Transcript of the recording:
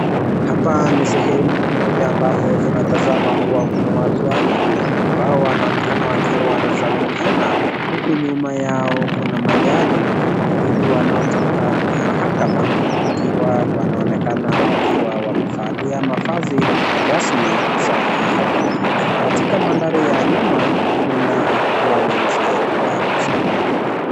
Hapa ni sehemu moja ambapo tunatazama kuwa kuna watu wawili ambao wanaonekana wakiwa wanasalimiana huku nyuma yao kuna majaji wawili wanaotoka mahakama wakiwa wanaonekana wakiwa wamevalia mavazi rasmi za mahakama ,katika mandhari ya nyuma kuna walinzi wa usalama.